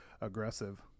aggressive